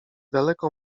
daleko